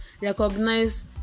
recognize